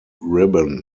ribbon